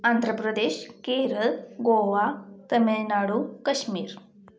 Andhra Pradesh Kerala Goa Tamil Nadu Kashmir